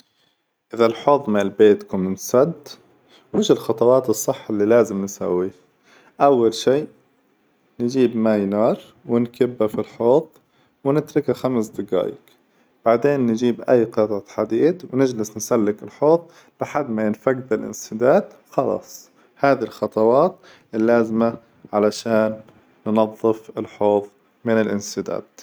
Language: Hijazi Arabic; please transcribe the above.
إذا الحوظ مال بيتكم انتسد ويش الخطوات الصح إللي لازم نسوي؟ أول شي نجيب ماي نار ونكبه في الحوظ ونتركه خمس دقايق ثم نظع أي قطعة حديد ونجلس نسلك الحوظ لحد ما ينفقد الإنسداد، وخلاص هذي الخطوات اللازمة علشان ننظف الحوظ من الإنسداد.